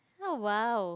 oh whoa